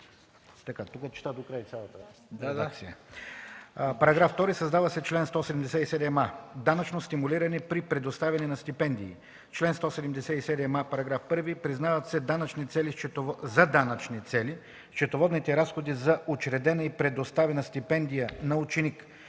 „§ 2. Създава се чл. 177а: „Данъчно стимулиране при предоставяне на стипендии Чл. 177а. (1) Признават се за данъчни цели счетоводните разходи за учредена и предоставена стипендия на ученик,